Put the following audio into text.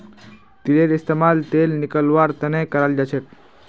तिलेर इस्तेमाल तेल निकलौव्वार तने कराल जाछेक